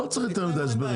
לא צריך יותר מידי הסברים,